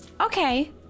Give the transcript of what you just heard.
Okay